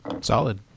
Solid